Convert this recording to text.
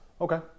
Okay